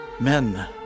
Men